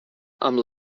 amb